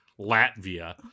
Latvia